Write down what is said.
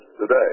today